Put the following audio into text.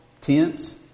tents